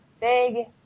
big